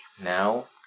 Now